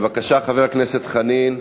בבקשה, חבר הכנסת חנין.